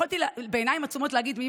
יכולתי בעיניים עצומות להגיד מי